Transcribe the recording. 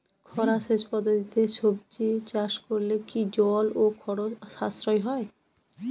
খরা সেচ পদ্ধতিতে সবজি চাষ করলে কি জল ও খরচ সাশ্রয় হয়?